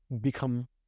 become